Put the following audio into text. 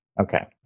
Okay